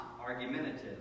argumentative